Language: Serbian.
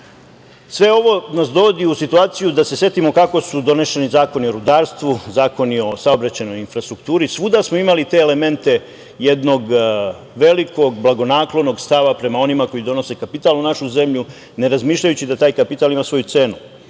ovo nas dovodi u situaciju da se setimo kako su donošeni zakoni o rudarstvu, zakoni o saobraćajnoj infrastrukturi. Svuda smo imali te elemente jednog velikog blagonaklonog stava prema onima koji donose kapital u našu zemlju, ne razmišljajući da taj kapital ima svoju cenu.